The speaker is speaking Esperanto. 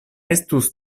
estus